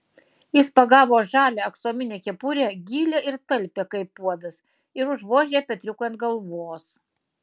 jis pagavo žalią aksominę kepurę gilią ir talpią kaip puodas ir užvožė petriukui ant galvos